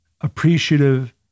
appreciative